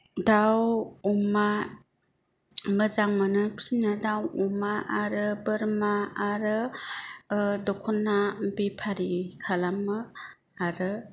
दाउ अमा मोजां मोनो फिसिनो दाउ अमा आरो बोरमा आरो दख'ना बेफारि खालामो आरो